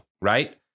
right